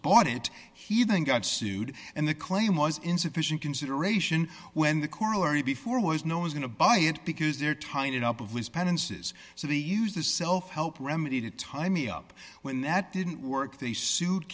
bought it he then got sued and the claim was insufficient consideration when the corollary before was no one's going to buy it because their tiny drop of was penances so they used the self help remedy to tie me up when that didn't work they sued